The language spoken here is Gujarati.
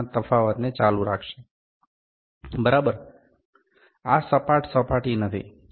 મીના તફાવતને ચાલુ રાખશે બરાબર આ સપાટ સપાટી નથી